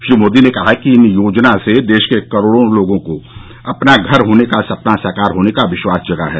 श्री मोदी ने कहा कि इस योजना से देश के करोड़ों लोगों में अपना घर होने का सपना साकार होने का विश्वास जगा है